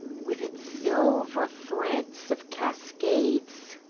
with its silver threads of cascades,